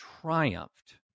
triumphed